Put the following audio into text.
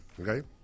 okay